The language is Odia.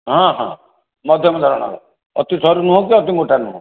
ହଁ ହଁ ମଧ୍ୟମ ଧରଣର ଅତି ସରୁ ନୁହଁ କି ଅତି ମୋଟା ନୁହଁ